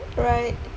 right